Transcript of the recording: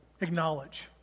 acknowledge